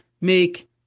make